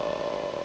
uh